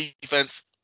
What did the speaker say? defense